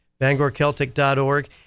BangorCeltic.org